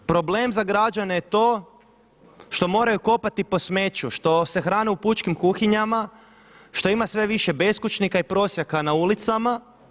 Problem za građane je to što moraju kopati po smeću, što se hrane u pučkim kuhinjama, što ima sve više beskućnika i prosjaka na ulicama.